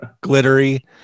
glittery